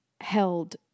held